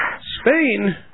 Spain